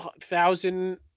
thousand